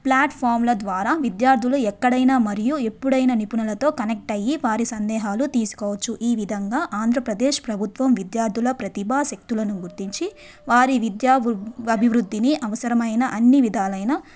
ప్లాట్ఫామ్ల ద్వారా విద్యార్థులు ఎక్కడైనా మరియు ఎప్పుడైనా నిపుణులతో కనెక్ట్ అయ్యి వారి సందేహాలు తీర్చుకోవచ్చు ఈ విధంగా ఆంధ్రప్రదేశ్ ప్రభుత్వం విద్యార్థుల ప్రతిభ శక్తులను గుర్తించి వారి విద్యా అభివృద్ధిని అవసరమైన అన్ని విధాలైన